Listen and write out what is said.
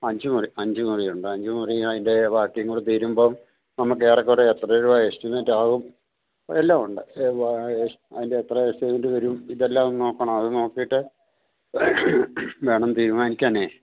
അഞ്ചു മുറിഅഞ്ചു മുറിയുണ്ട് അഞ്ചു മുറിയുമതിൻ്റെ ബാക്കിയുംകൂടെ തീരുമ്പോള് നമ്മക്ക് ഏറെക്കുറേ എത്ര രൂപ എസ്റ്റിമേറ്റാകും എല്ലാമുണ്ട് അതിൻ്റെ എത്ര എസ്റ്റിമേറ്റ് വരും ഇതെല്ലാവുമെന്നു നോക്കണം അത് നോക്കിയിട്ട് വേണം തീരുമാനിക്കാനേ